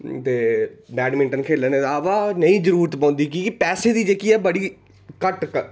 दे badminton खेढने दा अवा नेईं जरुरत पौंदी कि पैसे दी जेह्की ऐ बडी घट्ट